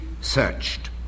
searched